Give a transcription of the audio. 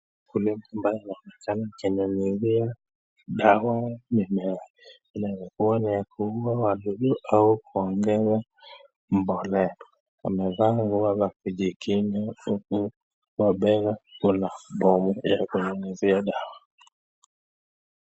Mkulima ambaye anaonekana akinyunyizia dawa mimea, inaweza kuwa ni ya kuua wadudu ama kuongeza mbolea. Amevaa nguo za kujikinga huku mabega kuna dawa ya kunyunyizia dawa.